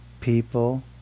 people